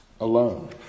alone